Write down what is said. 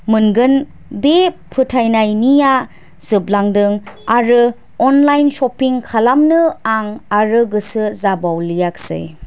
मोनगोन बे फोथायनाया जोबलांदों आरो अनलाइन शपिं खालामनो आं आरो गोसो जाबावलियाखैसै